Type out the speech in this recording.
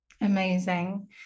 Amazing